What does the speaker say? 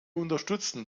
unterstützen